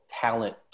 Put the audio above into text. talent